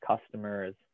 customers